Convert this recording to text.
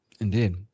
indeed